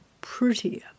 prettier